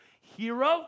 Hero